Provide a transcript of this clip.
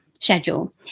schedule